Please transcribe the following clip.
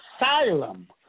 asylum